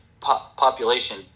population